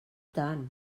tant